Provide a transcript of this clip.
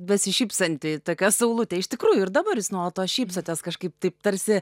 besišypsanti tokia saulutė iš tikrųjų ir dabar jūs nuolatos šypsotės kažkaip taip tarsi